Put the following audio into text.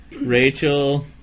Rachel